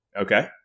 Okay